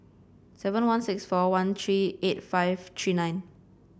seven one six four one three eight five three nine